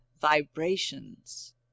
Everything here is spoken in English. Vibrations